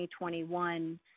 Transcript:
2021